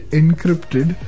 encrypted